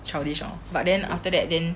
childish orh but then after that then